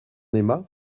aima